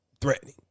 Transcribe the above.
threatening